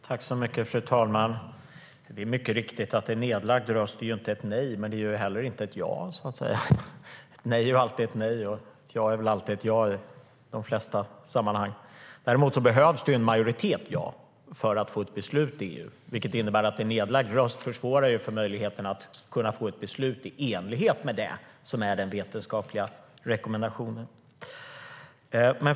Fru talman! Det är helt riktigt att en nedlagd röst inte är ett nej, men det är heller inte ett ja. Ett nej är alltid ett nej, och ett ja är väl alltid ett ja, i de flesta sammanhang. Däremot behövs det en majoritet av ja-röster för att få ett beslut i EU. Det innebär att en nedlagd röst försvårar möjligheten att få ett beslut i enlighet med det som är den vetenskapliga rekommendationen.